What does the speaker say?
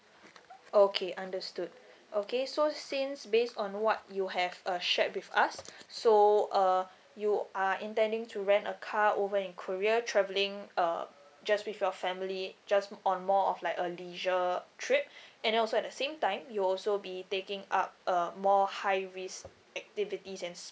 okay understood okay so since based on what you have uh shared with us so uh you are intending to rent a car over in korea travelling uh just with your family just on more of like a leisure trip and also at the same time you'll also be taking up uh more high risk activities and